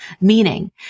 meaning